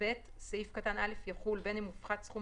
עסקאות (ב) סעיף קטן (א) יחול בין אם הופחת סכום